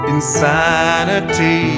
Insanity